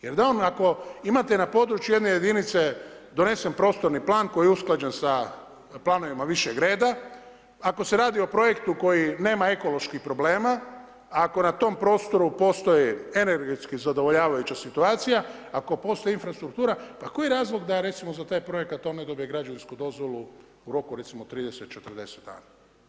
Jer ako imate na području jedne jedinice donesen prostorni plan koji je usklađen sa planovima višeg reda, ako se radi o projektu koji nema ekoloških problema, ako na tom prostoru postoji energetski zadovoljavajuća situacija, ako postoji infrastruktura pa koji je razlog da je recimo za taj projekt to ne dobije građevinsku dozvolu u roku od recimo 30, 40 dana?